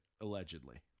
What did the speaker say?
Allegedly